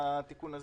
לתיקון הזה.